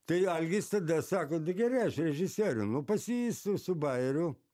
tai algis tada sako tai gerai aš režisieriu nu pas jį su su bajeriu